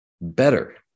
better